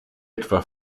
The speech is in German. etwa